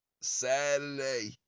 Saturday